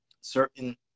Certain